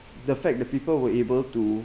the fact the people were able to